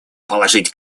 положить